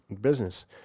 business